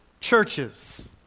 churches